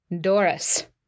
Doris